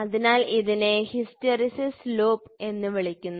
അതിനാൽ ഇതിനെ hysteresis loop എന്ന് വിളിക്കുന്നു